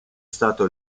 stato